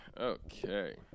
Okay